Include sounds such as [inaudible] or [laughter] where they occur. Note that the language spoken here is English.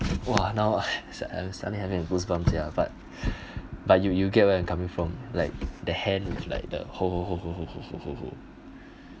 !wah! now [laughs] I'm suddenly having a goosebumps ya but [breath] but you you get where I'm coming from like the hand with like the hole hole hole hole hole hole hole